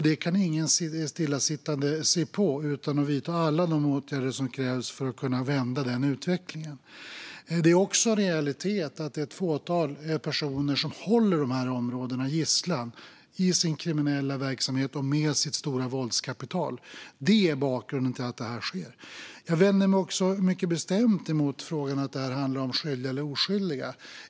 Det kan ingen stillasittande se på utan att vidta alla de åtgärder som krävs för att vända utvecklingen. Det är också en realitet att ett fåtal personer håller dessa områden gisslan i sin kriminella verksamhet och med sitt stora våldskapital. Det är bakgrunden till att detta sker. Jag vänder mig också mycket bestämt mot att det handlar om skyldiga eller oskyldiga.